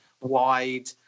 wide